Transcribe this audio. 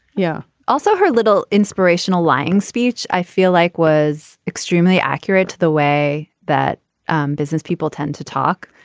yeah. also her little inspirational lying speech. i feel like was extremely accurate to the way that um business people tend to talk.